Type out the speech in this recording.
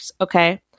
okay